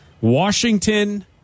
Washington